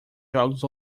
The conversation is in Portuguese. jogos